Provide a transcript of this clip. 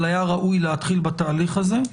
אבל היה ראוי להתחיל בתהליך הזה,